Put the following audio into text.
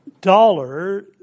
dollar